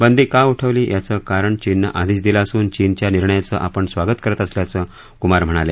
बंदी का उठवली याचं कारण चीननं आधीच दिलं असून चीनच्या निर्णयाचं आपण स्वागत करत असल्याचं कुमार म्हणाले